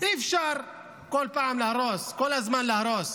אי-אפשר כל פעם להרוס, כל הזמן להרוס.